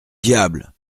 diable